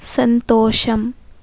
సంతోషం